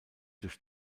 durch